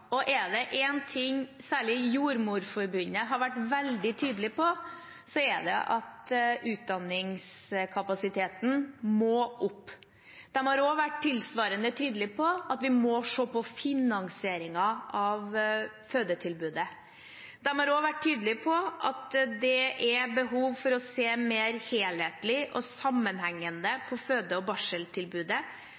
Er det én ting særlig Jordmorforbundet har vært spesielt tydelig på, er det at utdanningskapasiteten må opp. De har også vært tilsvarende tydelige på at vi må se på finansieringen av fødetilbudet. De har også vært tydelige på at det er behov for å se mer helhetlig og sammenhengende